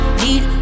need